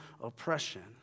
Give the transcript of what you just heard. oppression